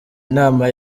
inama